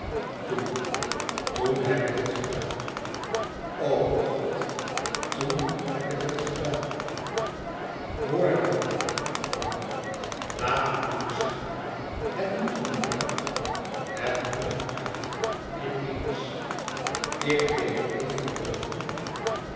toen toen heb ik het gedaan o god toen heb ik het gedaan hoor naar me frank laat het me je zeggen het moet er nu uit het met er uit in eens ik deed eve gelooven